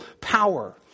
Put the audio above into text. power